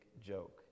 joke